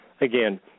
Again